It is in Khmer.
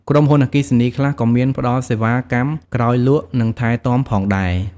ក្រុមហ៊ុនអគ្គីសនីខ្លះក៏មានផ្តល់សេវាកម្មក្រោយលក់ និងថែទាំផងដែរ។